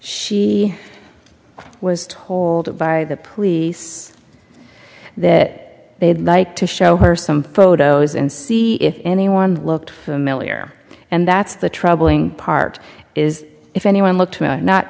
she was told by the police that they'd like to show her some photos and see if anyone looked familiar and that's the troubling part is if anyone looked